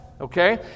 Okay